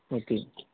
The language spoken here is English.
okay